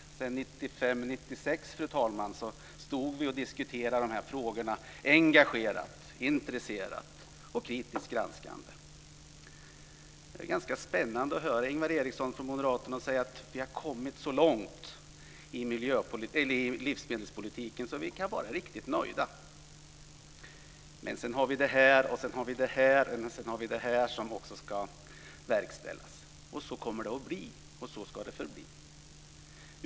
1995/96, fru talman, stod vi och diskuterade de här frågorna engagerat, intresserat och kritiskt granskande. Det är ganska spännande att höra Ingvar Eriksson från moderaterna säga att vi har kommit så långt i livsmedelspolitiken att vi kan vara riktigt nöjda - men sedan har vi flera saker som också ska verkställas. Så kommer det att bli, och så ska det förbli.